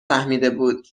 فهمیدهبود